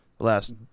Last